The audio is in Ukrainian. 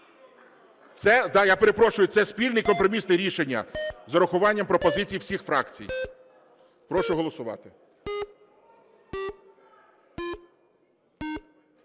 це спільне компромісне рішення з урахуванням пропозицій всіх фракцій. Прошу голосувати.